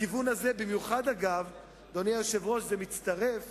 במיוחד, אדוני היושב-ראש, זה מצטרף